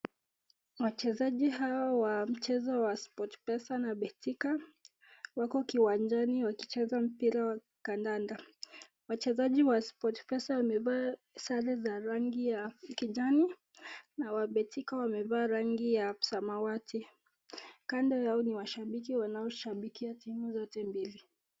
Wachezaji hawa wa Sport pesa na Betika wako kiwanjani wakicheza mpira wa kandanda. Wachezaji wa Sport pesa wamevaa sare za rangi nya kijani na wa Betika wamevaa rangi ya samawati. Kando yao ni washabiki wanaoshabikia timu zote mbili.